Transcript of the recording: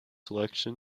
selection